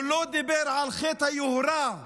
הוא לא דיבר על חטא היוהרה.